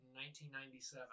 1997